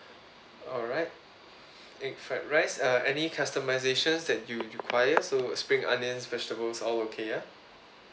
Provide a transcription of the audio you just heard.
alright egg fried rice uh any customisation that you required so spring onions vegetables all okay ya